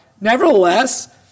nevertheless